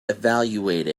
evaluate